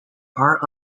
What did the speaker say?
part